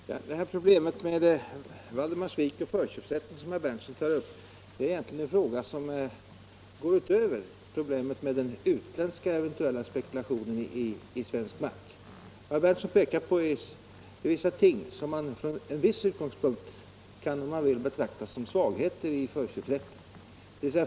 Herr talman! Det problem som Valdemarsviks kommun hade när det gällde att utnyttja den kommunala förköpsrätten, herr Berndtson, är egentligen en fråga som går utöver problemet med den utländska eventuella spekulationen i svensk mark. Vad herr Benrdtson pekar på är ting som man från en viss utgångspunkt kan, om man vill, betrakta som svagheter i förköpsrätten.